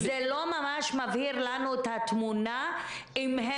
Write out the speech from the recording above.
זה לא ממש מבהיר לנו את התמונה אם הם